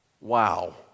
Wow